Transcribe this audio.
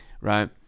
right